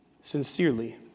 sincerely